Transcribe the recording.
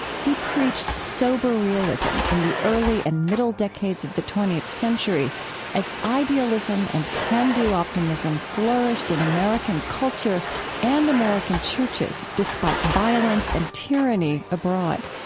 he preached sober realism in the early and middle decades of the twentieth century as idealism and can-do optimism flourished in american culture and american churches despite violence and tyranny abroad